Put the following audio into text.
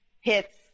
hits